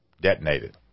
detonated